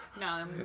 no